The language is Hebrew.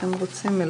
אני מדבר על טקסים.